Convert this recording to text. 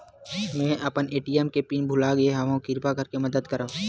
मेंहा अपन ए.टी.एम के पिन भुला गए हव, किरपा करके मदद करव